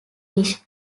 fish